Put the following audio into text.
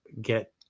get